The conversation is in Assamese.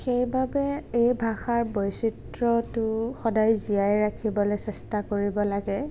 সেইবাবে এই ভাষাৰ বৈচিত্ৰ্যটো সদায় জীয়াই ৰাখিবলৈ চেষ্টা কৰিব লাগে